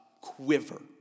quiver